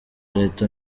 leta